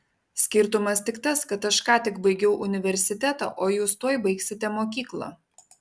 skirtumas tik tas kad aš ką tik baigiau universitetą o jūs tuoj baigsite mokyklą